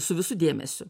su visu dėmesiu